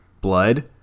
blood